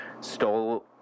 stole